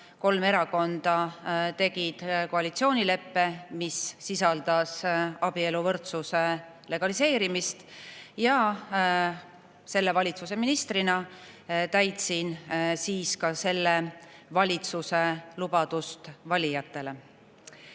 kolm erakonda tegid koalitsioonileppe, mis sisaldas abieluvõrdsuse legaliseerimist, ja selle valitsuse ministrina täitsin siis selle valitsuse lubadust valijatele. Teine